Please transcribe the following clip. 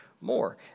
more